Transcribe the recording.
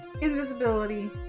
invisibility